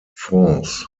france